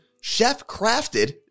chef-crafted